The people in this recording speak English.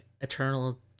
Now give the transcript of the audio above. Eternal